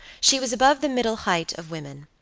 she was above the middle height of women.